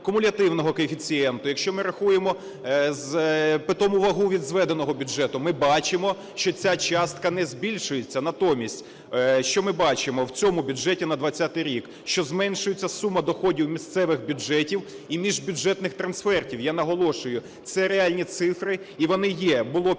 кумулятивного коефіцієнту, якщо ми рахуємо питому вагу від зведеного бюджету, ми бачимо, що ця частка не збільшується. Натомість що ми бачимо в цьому бюджеті на 20-й рік? Що зменшується сума доходів місцевих бюджетів і міжбюджетних трансфертів. Я наголошую, це реальні цифри і вони є: